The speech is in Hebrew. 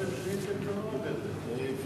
ואתם שיניתם את הנוהג הזה.